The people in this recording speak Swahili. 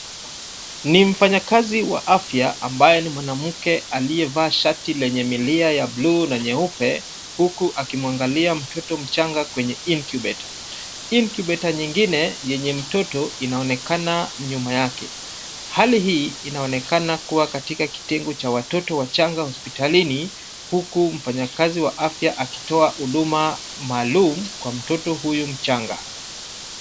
Ni mfanyakazi wa afya ambaye ni mwanamke aliyevaa shati lenye milia ya bluu na nyeupe huku akimwangalia mtoto mchanga kwenye incubator . incubator nyingine yenye mtoto inaonekana nyuma yake. Hali hii inaonekana kuwa katika kitengo cha watoto wachanga hospitalini huku mfanyakazi wa afya akitoa huduma maalum kwa mtoto huyu mchanga.